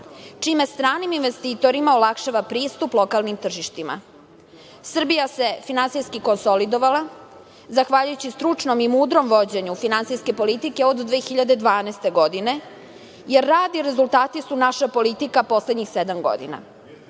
čime stranim investitorima olakšava pristup lokalnim tržištima. Srbija se finansijski konsolidovala, zahvaljujući stručnom i mudrom vođenju finansijske politike od 2012. godine i rezultati su naša politika poslednjih sedam godina. Od